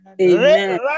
Amen